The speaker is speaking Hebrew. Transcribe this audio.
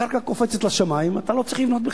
הקרקע קופצת לשמים, אתה לא צריך לבנות בכלל.